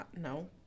no